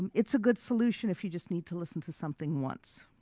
it's a good solution if you just need to listen to something once.